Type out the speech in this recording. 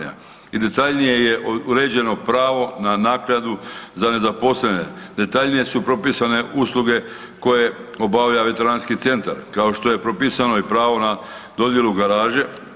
Također je detaljnije uređeno pravo na naknadu za nezaposlene, detaljnije su propisane usluge koje obavlja Veteranski centar, kao što je propisano pravo na dodjelu garaže.